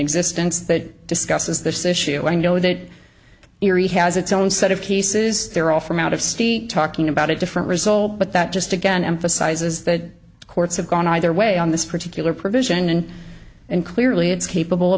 existence that discusses this issue i know that erie has its own set of cases they're all from out of state talking about a different result but that just again emphasizes that the courts have gone either way on this particular provision and clearly it's capable of